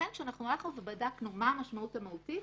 כשהלכנו ובדקנו מה המשמעות המהותית,